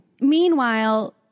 Meanwhile